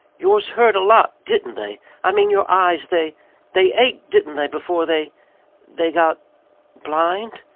yours hurt a lot, didn't they i mean, your eyes they they ached, didn't they, before they they got blind?